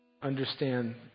understand